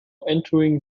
entering